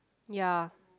ya